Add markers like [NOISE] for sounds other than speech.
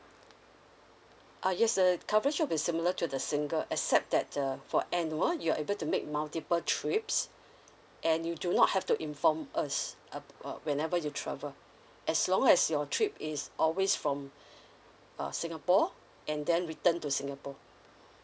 ah yes err coverage will be similar to the single except that err for annual you are able to make multiple trips and you do not have to inform us uh uh whenever you travel as long as your trip is always from [BREATH] uh singapore and then return to singapore